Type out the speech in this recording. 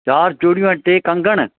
चारि चूड़ियूं ऐं टे कंगण